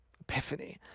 epiphany